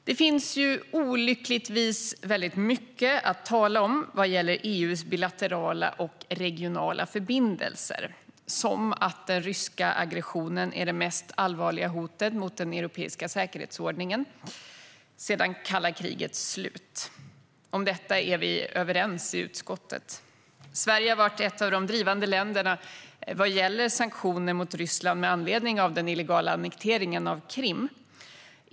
Det finns olyckligtvis väldigt mycket att tala om vad gäller EU:s bilaterala och regionala förbindelser, som att den ryska aggressionen är det mest allvarliga hotet mot den europeiska säkerhetsordningen sedan kalla krigets slut. Om detta är vi överens i utskottet. Sverige har varit ett av de drivande länderna vad gäller sanktioner mot Ryssland med anledning av den illegala annekteringen av Krim.